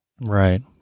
right